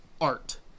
art